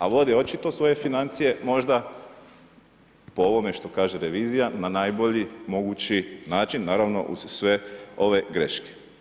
A vode očito svoje financije možda po ovome što kaže revizija, na najbolji mogući način naravno uz sve ove greške.